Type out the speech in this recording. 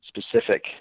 specific